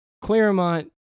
Claremont